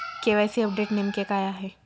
KYC update नेमके काय आहे?